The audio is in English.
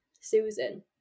Susan